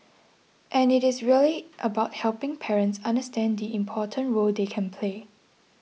and it is really about helping parents understand the important role they can play